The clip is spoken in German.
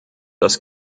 das